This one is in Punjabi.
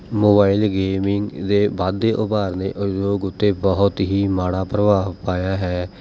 ਮੋਬਾਇਲ ਗੇਮਿੰਗ ਦੇ ਵੱਧਦੇ ਉਭਾਰ ਨੇ ਉਦਯੋਗ ਉੱਤੇ ਬਹੁਤ ਹੀ ਮਾੜਾ ਪ੍ਰਭਾਵ ਪਾਇਆ ਹੈ